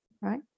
right